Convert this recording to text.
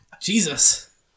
Jesus